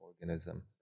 organism